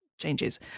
changes